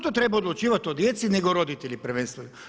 Tko to treba odlučivati o djeci nego roditelji prvenstveno?